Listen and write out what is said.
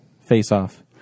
face-off